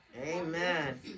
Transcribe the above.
Amen